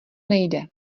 nejde